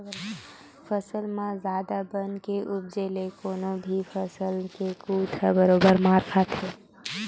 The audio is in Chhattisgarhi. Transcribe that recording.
फसल म जादा बन के उपजे ले कोनो भी फसल के कुत ह बरोबर मार खाथे